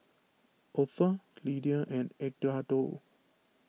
Otha Lydia and Edgardo